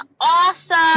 awesome